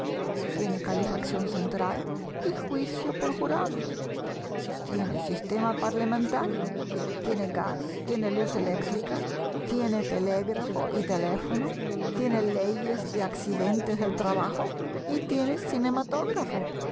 tiene calefacción central y juicio por jurados tiene sistema parlamentario tiene gas tiene luz eléctrica tiene telégrafo y teléfono tiene leyes de accidentes del trabajo y tiene cinematógrafo